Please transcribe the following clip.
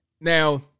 Now